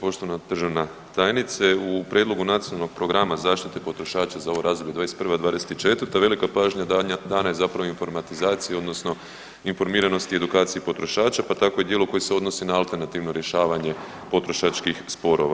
Poštovana državna tajnice u prijedlogu Nacionalnog programa zaštite potrošača za ovo razdoblje '21.-'24. velika pažnja dana je zapravo informatizaciji odnosno informiranosti i edukaciji potrošača pa tako i djelo koje se odnosi na alternativno rješavanje potrošačkih sporova.